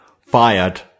fired